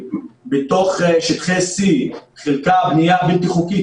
בתוך שטחי C חלקה בנייה בלתי חוקית,